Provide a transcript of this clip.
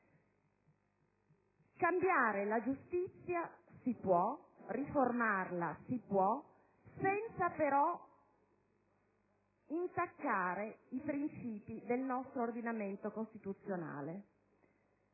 Cambiare la giustizia si può, riformarla si può, senza però intaccare i principi del nostro ordinamento costituzionale.